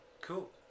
cool